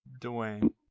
Dwayne